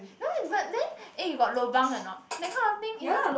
no leh but then eh you got lobang or not that kind of thing isn't